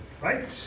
Right